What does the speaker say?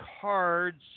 cards